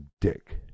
dick